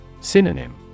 Synonym